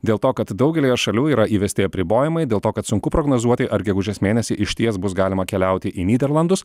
dėl to kad daugelyje šalių yra įvesti apribojimai dėl to kad sunku prognozuoti ar gegužės mėnesį išties bus galima keliauti į nyderlandus